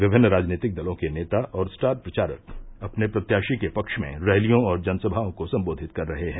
विभिन्न राजनीतिक दलों के नेता और स्टार प्रचारक अपने प्रत्याशी के पक्ष में रैलियों और जनसभाओं को सम्बोधित कर रहे हैं